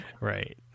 right